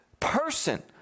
person